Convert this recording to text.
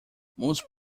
most